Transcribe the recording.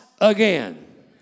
again